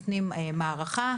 נותנים מערכה.